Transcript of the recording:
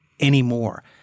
anymore